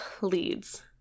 leads